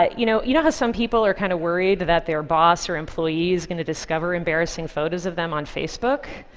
ah you know you know how some people are kind of worried that their boss or employee is going to discover embarrassing photos of them on facebook?